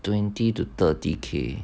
twenty to thirty K